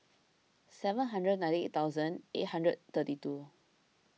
seven hundred ninety eight thousand eight hundred thirty two